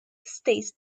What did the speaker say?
stays